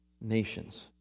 nations